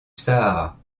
sahara